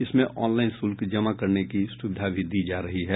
इसमें ऑनलाईन शुल्क जमा करने की सुविधा भी दी जा रही है